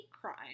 crime